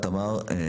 תודה רבה, תמר.